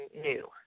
new